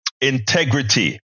integrity